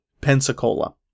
Pensacola